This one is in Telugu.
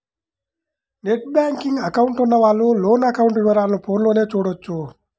నెట్ బ్యేంకింగ్ అకౌంట్ ఉన్నవాళ్ళు లోను అకౌంట్ వివరాలను ఫోన్లోనే చూడొచ్చు